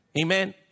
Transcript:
Amen